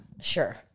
Sure